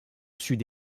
sud